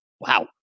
Wow